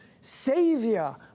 Savior